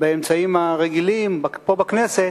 באמצעים הרגילים פה בכנסת,